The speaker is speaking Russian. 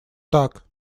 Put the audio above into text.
так